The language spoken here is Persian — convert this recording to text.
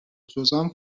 جذام